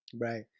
right